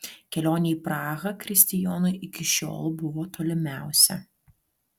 kelionė į prahą kristijonui iki šiol buvo tolimiausia